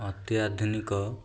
ଅତ୍ୟାଧୁନିକ